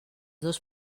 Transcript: dos